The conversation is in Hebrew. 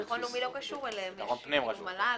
יכול להיות שאולי מל"ל.